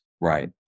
right